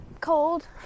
cold